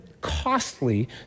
costly